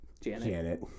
Janet